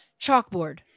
Chalkboard